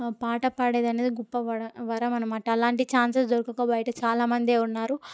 పాట పాడేది అనేది ఒక గొప్ప వరం వరం అనమాట అలాంటి ఛాన్సెస్ దొరకక బయట చాలా మందే ఉన్నారు